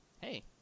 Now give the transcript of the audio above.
Hey